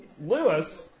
Lewis